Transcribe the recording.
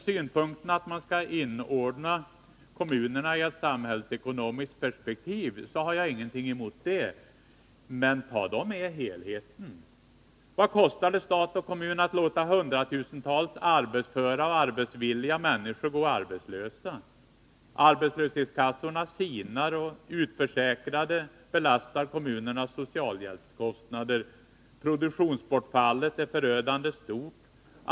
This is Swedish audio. Synpunkten att man skall inordna kommunerna i ett samhällsekonomiskt perspektiv har jag ingenting emot. Men ta då med helheten! Vad kostar det stat och kommun att låta hundratusentals arbetsföra och arbetsvilliga människor gå arbetslösa? Arbetslöshetskassorna sinar, och utförsäkrade ökar kostnaderna för kommunernas socialhjälp. Produktionsbortfallet är förödande stort.